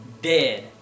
dead